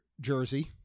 jersey